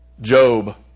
Job